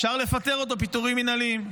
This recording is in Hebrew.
אפשר לפטר אותו פיטורים מינהליים.